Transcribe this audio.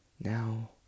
now